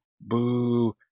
Boo